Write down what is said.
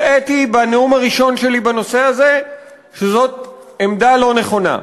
הראיתי בנאום הראשון שלי בנושא הזה שזאת עמדה לא נכונה.